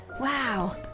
Wow